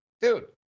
Dude